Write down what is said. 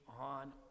on